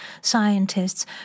scientists